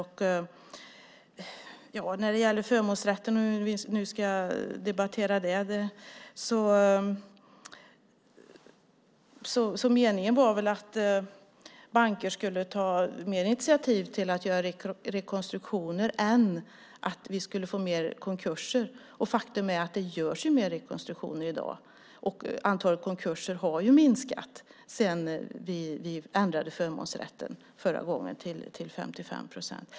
Ska vi debattera förmånsrätten var det meningen att bankerna skulle ta mer initiativ till att göra rekonstruktioner och att vi skulle få färre konkurser. Faktum är att det görs fler rekonstruktioner i dag och att antalet konkurser har minskat sedan vi ändrade förmånsrätten till 55 procent.